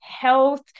health